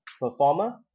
performer